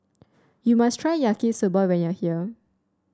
you must try Yaki Soba when you are here